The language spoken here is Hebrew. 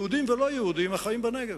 יהודים ולא-יהודים, החיים בנגב.